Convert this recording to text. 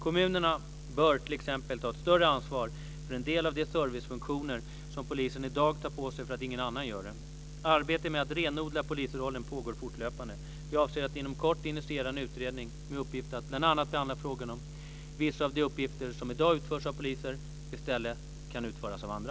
Kommunerna bör t.ex. ta ett större ansvar för en del av de servicefunktioner som polisen i dag tar på sig för att ingen annan gör det. Arbetet med att renodla polisrollen pågår fortlöpande. Jag avser att inom kort initiera en utredning med uppgift att bl.a. behandla frågan om vissa av de uppgifter som i dag utförs av poliser i stället kan utföras av andra.